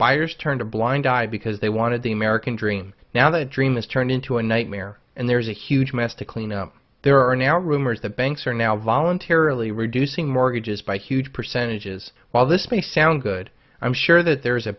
buyers turned a blind eye because they wanted the american dream now the dream is turned into a nightmare and there's a huge mess to clean up there are now rumors that banks are now voluntarily reducing mortgages by huge percentages while this may sound good i'm sure that there's a